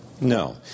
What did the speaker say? no